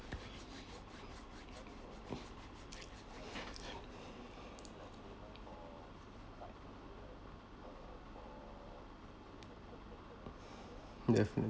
definitely